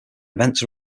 events